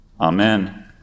Amen